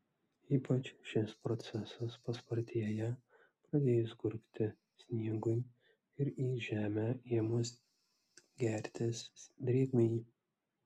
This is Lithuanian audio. ypač šis procesas paspartėja pradėjus gurti sniegui ir į žemę ėmus gertis drėgmei